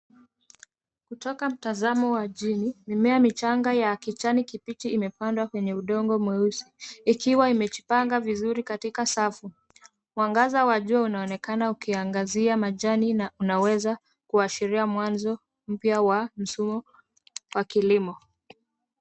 Kutoka mtazamo wa juu mimea michanga ya kijani kibichi imepandwa kwenye udongo mweusi ikiwa imejipanga vizuri katika safu. Mwangaza wa jua unaonekana ukiangazia majani na unaweza kuashiria mwanzo mpya wa msimu wa kilimo.